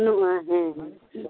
ᱵᱟᱹᱱᱩᱜᱼᱟ ᱦᱮᱸ